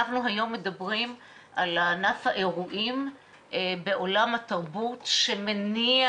אנחנו היום מדברים על ענף האירועים בעולם התרבות שמניע